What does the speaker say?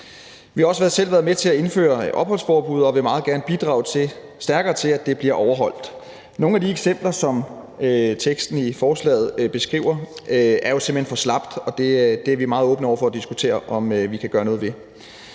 Vi har også selv været med til at indføre et opholdsforbud og vil meget gerne bidrage stærkere til, at det bliver overholdt. Nogle af de eksempler, som teksten i forslaget beskriver, er jo simpelt hen for slappe, og vi er meget åbne over for at diskutere, om vi kan gøre noget ved